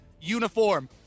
uniform